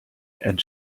and